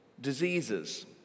diseases